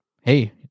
Hey